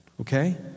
okay